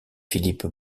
philippe